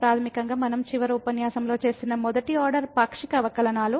ప్రాథమికంగా మనం చివరి ఉపన్యాసంలో చేసినవి మొదటి ఆర్డర్ పాక్షిక అవకలనాలు